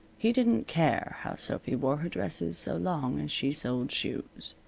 he didn't care how sophy wore her dresses so long as she sold shoes.